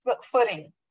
footing